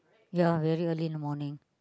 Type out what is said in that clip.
ya very early in the morning